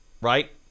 right